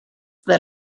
that